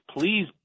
please